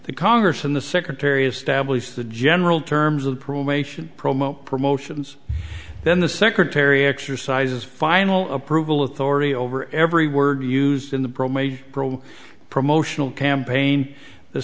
the congress from the secretary of stablish the general terms of probation promo promotions then the secretary exercises final approval authority over every word used in the room promotional campaign the